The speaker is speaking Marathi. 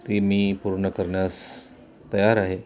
ती मी पूर्ण करण्यास तयार आहे